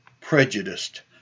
prejudiced